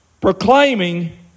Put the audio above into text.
proclaiming